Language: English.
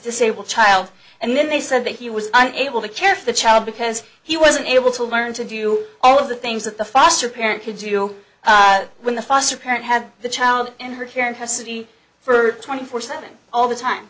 disabled child and then they said that he was unable to care for the child because he wasn't able to learn to do all of the things that the foster parent could do when the foster parent had the child in her care and custody for twenty four seven all the time